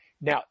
now